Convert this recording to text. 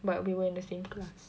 but we were in the same class